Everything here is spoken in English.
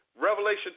Revelation